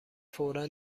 فورا